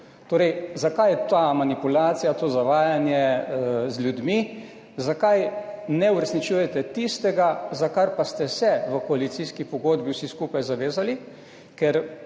evrov. Zakaj ta manipulacija, to zavajanje z ljudmi? Zakaj ne uresničujete tistega, za kar pa ste se v koalicijski pogodbi vsi skupaj zavezali?